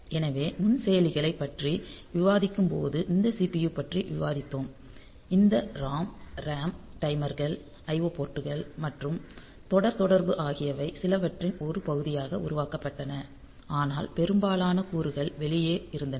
எனவே நுண்செயலிகளைப் பற்றி விவாதிக்கும்போது இந்த CPU பற்றி விவாதித்தோம் இந்த ROM RAM டைமர்கள் IO போர்ட்டுகள் மற்றும் தொடர் தொடர்பு ஆகியவை சிலவற்றின் ஒரு பகுதியாக உருவாக்கப்பட்டன ஆனால் பெரும்பாலான கூறுகள் வெளியே இருந்தன